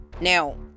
Now